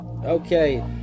okay